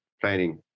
planning